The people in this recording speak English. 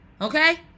okay